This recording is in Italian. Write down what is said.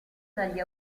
dagli